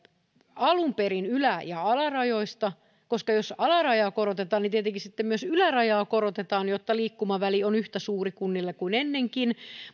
korotettaisiin kiinteistöveroa ylä ja alarajoista koska jos alarajaa korotetaan niin tietenkin sitten myös ylärajaa korotetaan jotta liikkumaväli kunnilla on yhtä suuri kuin ennenkin